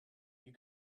you